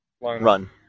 run